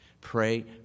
Pray